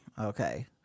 Okay